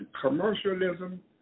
commercialism